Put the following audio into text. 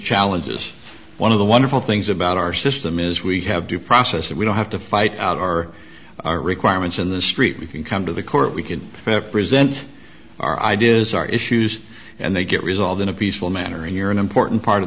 challenges one of the wonderful things about our system is we have due process that we don't have to fight out or our requirements in the street we can come to the court we can represent our ideas our issues and they get resolved in a peaceful manner and you're an important part of